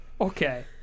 okay